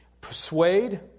persuade